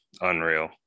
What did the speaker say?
unreal